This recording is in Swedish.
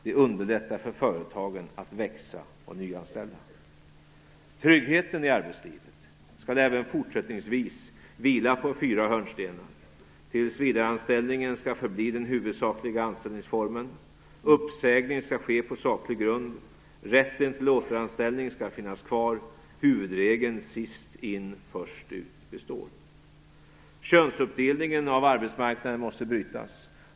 De underlättar för företagen att växa och nyanställa. Tryggheten i arbetslivet skall även fortsättningsvis vila på fyra hörnstenar. Tillsvidareanställningen skall förbli den huvudsakliga anställningsformen. Uppsägning skall ske på saklig grund. Rätten till återanställning skall finnas kvar. Huvudregeln sist in först ut består. Könsuppdelningen av arbetsmarknaden måste brytas.